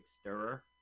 stirrer